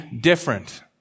different